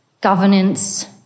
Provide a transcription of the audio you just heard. governance